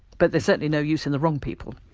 but they're certainly no use in the wrong people.